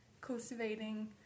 cultivating